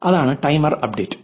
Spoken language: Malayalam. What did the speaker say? അതാണ് ടൈമർ അപ്ഡേറ്റ്